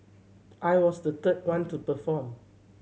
I was the third one to perform